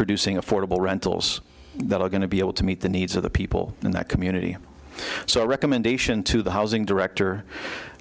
producing affordable rentals that are going to be able to meet the needs of the people in that community so our recommendation to the housing director